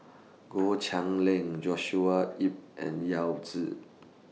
Goh Cheng Liang Joshua Ip and Yao Zi